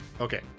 Okay